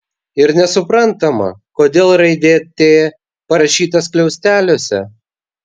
ir nesuprantama kodėl raidė t parašyta skliausteliuose